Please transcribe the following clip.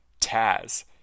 Taz